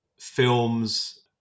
films